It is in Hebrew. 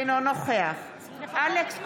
אינו נוכח אלכס קושניר,